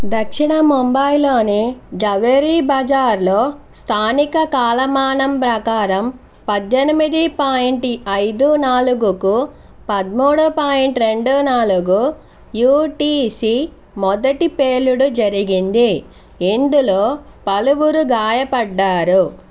దక్షిణ ముంబైలోని జవేరీ బజార్లో స్థానిక కాలమానం ప్రకారం పద్దెనిమిది పాయింట్ ఐదు నాలుగుకు పదమూడు పాయింట్ రెండు నాలుగు యుటిసి మొదటి పేలుడు జరిగింది ఇందులో పలువురు గాయపడ్డారు